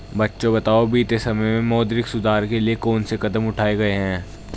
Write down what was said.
बच्चों बताओ बीते समय में मौद्रिक सुधार के लिए कौन से कदम उठाऐ गए है?